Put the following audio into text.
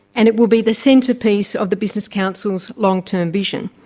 and it will be the centrepiece of the business council's long-term vision.